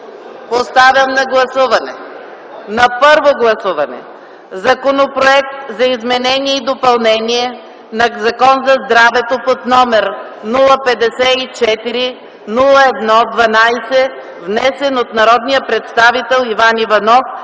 Поставям на първо гласуване Законопроект за изменение и допълнение на Закона за здравето, № 054-01-12, внесен от народния представител Иван Иванов